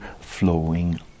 flowing